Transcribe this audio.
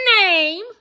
name